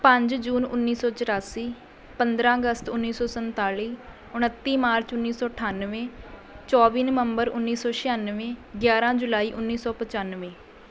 ਪੰਜ ਜੂਨ ਉੱਨੀ ਸੌ ਚੁਰਾਸੀ ਪੰਦਰਾਂ ਅਗਸਤ ਉੱਨੀ ਸੌ ਸੰਤਾਲੀ ਉਨੱਤੀ ਮਾਰਚ ਉੱਨੀ ਸੌ ਅਠਾਨਵੇਂ ਚੌਵੀ ਨਵੰਬਰ ਉੱਨੀ ਸੌ ਛਿਆਨਵੇਂ ਗਿਆਰਾਂ ਜੁਲਾਈ ਉੱਨੀ ਸੌ ਪਚਾਨਵੇਂ